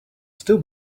still